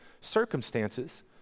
circumstances